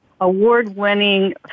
award-winning